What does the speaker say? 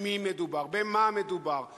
מה המדיניות שלה,